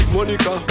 Monica